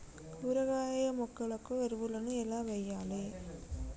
కూరగాయ మొక్కలకు ఎరువులను ఎలా వెయ్యాలే?